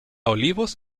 olivos